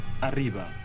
arriba